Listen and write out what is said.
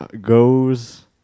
goes